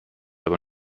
aber